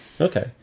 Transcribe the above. Okay